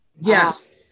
Yes